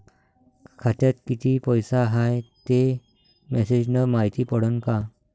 खात्यात किती पैसा हाय ते मेसेज न मायती पडन का?